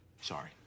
Sorry